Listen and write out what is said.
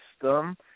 system